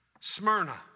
Smyrna